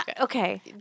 Okay